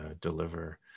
deliver